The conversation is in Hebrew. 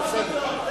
עכשיו, בסדר.